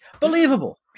believable